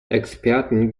experten